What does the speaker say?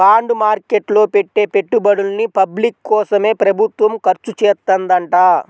bond market లో పెట్టే పెట్టుబడుల్ని పబ్లిక్ కోసమే ప్రభుత్వం ఖర్చుచేత్తదంట